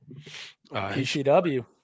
PCW